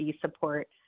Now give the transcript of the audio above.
support